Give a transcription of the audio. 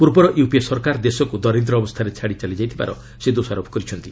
ପୂର୍ବର ୟୁପିଏ ସରକାର ଦେଶକୁ ଦରିଦ୍ର ଅବସ୍ଥାରେ ଛାଡ଼ି ଚାଲିଯାଇଥିବାର ସେ ଦୋଷାରୋପ କରିଛନ୍ତି